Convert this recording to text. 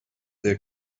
their